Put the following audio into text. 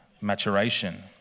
maturation